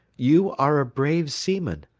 you are a brave seaman,